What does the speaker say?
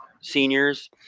seniors